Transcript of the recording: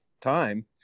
time